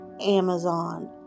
Amazon